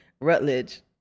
Rutledge